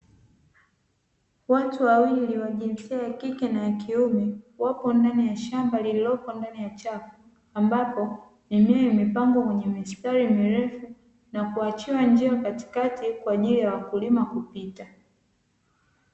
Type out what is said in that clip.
Watu wawili wa jinsia ya kike na ya kiume, wapo ndani ya shamba lililopo ndani ya chafu, ambapo mimea imepandwa kwenye mistari mirefu na kuachiwa njia katikati kwa ajili ya wakulima kupita.